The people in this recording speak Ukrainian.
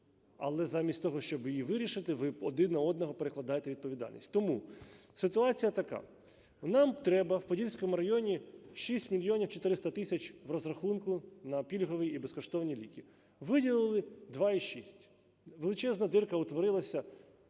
Але замість того, щоб її вирішити, ви один на одного перекладаєте відповідальність. Тому ситуація така. Нам треба в Подільському районі 6 мільйонів 400 тисяч в розрахунку на пільгові і безкоштовні ліки. Виділили 2,6. Величезна дірка утворилася.